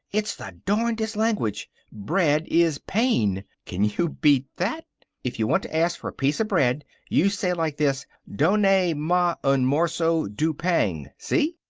it's the darnedest language! bread is pain. can you beat that? if you want to ask for a piece of bread, you say like this donnay ma un morso doo pang. see?